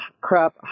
Crap